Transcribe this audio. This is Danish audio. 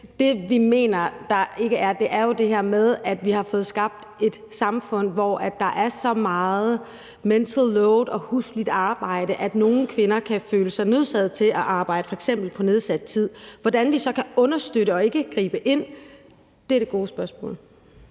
det, vi mener man ikke har løst, er jo det her med, at vi har fået skabt et samfund, hvor der er så meget mental load og husligt arbejde, at nogle kvinder kan føle sig nødsaget til at arbejde f.eks. på nedsat tid. Hvordan vi så kan understøtte og ikke gribe ind? Det er det gode spørgsmål.